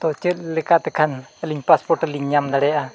ᱛᱳ ᱪᱮᱫ ᱞᱮᱠᱟ ᱛᱮᱠᱷᱟᱱ ᱟᱹᱞᱤᱧ ᱞᱤᱧ ᱧᱟᱢ ᱫᱟᱲᱮᱭᱟᱜᱼᱟ